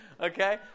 okay